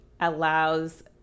allows